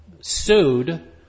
sued